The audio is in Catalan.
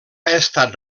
estat